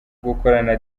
gukorana